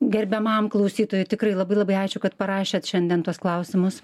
gerbiamam klausytojui tikrai labai labai ačiū kad parašėt šiandien tuos klausimus